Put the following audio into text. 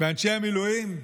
ואנשי המילואים?